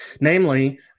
namely